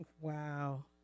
Wow